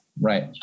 Right